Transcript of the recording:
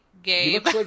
Gabe